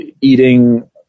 eating